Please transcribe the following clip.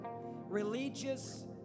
Religious